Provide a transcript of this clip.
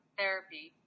therapy